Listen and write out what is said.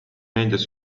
meedias